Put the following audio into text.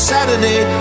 Saturday